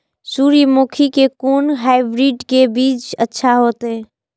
सूर्यमुखी के कोन हाइब्रिड के बीज अच्छा होते?